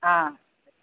ஆ